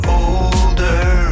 older